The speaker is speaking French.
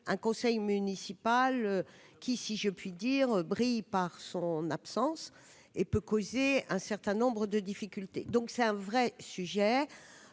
un conseil municipal qui, si je puis dire, brille par son absence, et peut causer un certain nombre de difficultés, donc c'est un vrai sujet